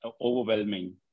overwhelming